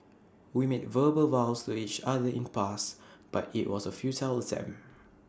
we made verbal vows to each other in the past but IT was A futile attempt